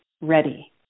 ready